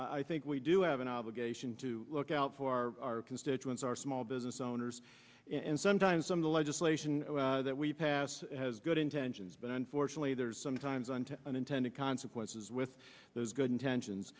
i think we do have an obligation to look out for our constituents our small business owners and sometimes some of the legislation that we pass has good intentions but unfortunately there's sometimes and unintended consequences with those good